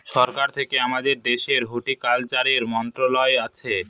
সরকার থেকে আমাদের দেশের হর্টিকালচারের মন্ত্রণালয় আছে